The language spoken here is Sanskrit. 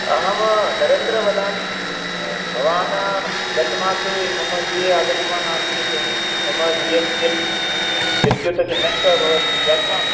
अहं नरेन्द्रः वदामि भवान् गत मासे मम गृहम् आगतवान् आसीत् मम गृहस्य विद्युत् नष्टा अभवत् ज्ञातवान्